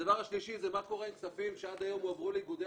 הדבר השלישי זה מקורה עם כספים שעד היום הועברו לאיגודי